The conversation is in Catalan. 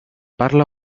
parla